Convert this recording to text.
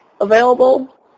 available